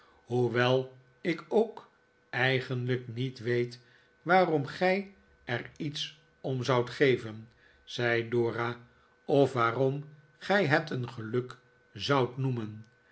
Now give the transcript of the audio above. hoewel ik ook eigenlijk niet weet waarom gij er iets om zoudt geven zei dora of waarom gij het een geluk zoudt noemen